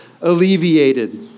alleviated